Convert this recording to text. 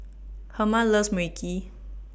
Herma loves Mui Kee